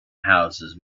houses